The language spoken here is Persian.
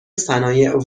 صنایع